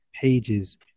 pages